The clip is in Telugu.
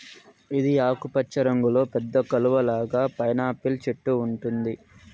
ఇది ఆకుపచ్చ రంగులో పెద్ద కలువ లాగా పైనాపిల్ చెట్టు ఉంటుంది